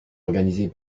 organisés